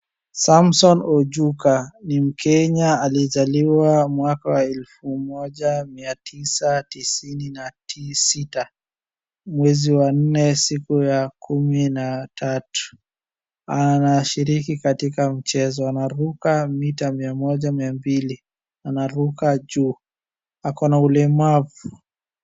Samson ojuka ni mkenya alizaliwa 1996|4|13 .Anashiriki katika mchezo. Anaruka mita 100,200.Anaruka juu, akona ulemavu.